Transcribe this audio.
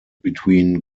between